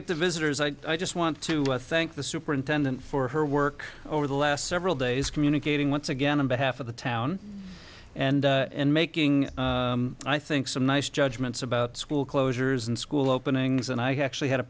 get the visitors i just want to thank the superintendent for her work over the last several days communicating once again on behalf of the town and in making i think some nice judgments about school closures and school openings and i have actually had a